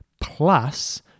plus